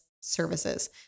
services